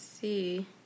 see